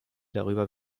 darüber